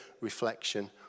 reflection